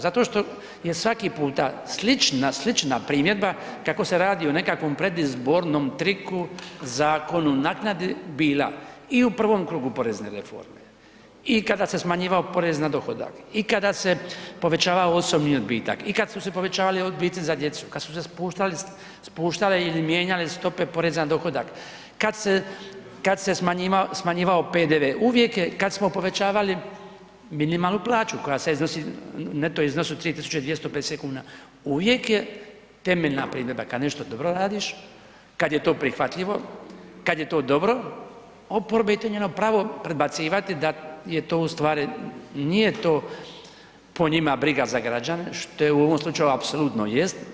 Zato što jer svaki puta slična, slična primjedba kako se radi o nekakvom predizbornom triku, zakonu, naknadi bila i u prvom krugu porezne reforme i kada se smanjivao porez na dohodak i kada se povećavao osobno odbitak i kad su se povećavali odbici za djecu, kad su se spuštali, spuštale ili mijenjale stope poreza na dohodak, kad se, kad se smanjivao PDV, uvijek je , kad smo povećavali minimalnu plaću koja sad iznosi u neto iznosu 3.250 kuna, uvijek je temeljna primjedba kad nešto dobro radiš, kad je to prihvatljivo, kad je to dobro, oporba je to njeno pravo predbacivati da je to u stvari nije to po njima briga za građane što je u ovom slučaju apsolutno jest.